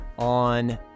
On